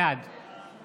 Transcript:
בעד